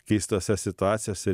keistose situacijose